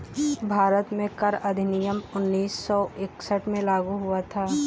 भारत में कर अधिनियम उन्नीस सौ इकसठ में लागू हुआ था